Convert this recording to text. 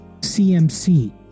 CMC